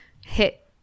hit